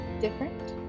different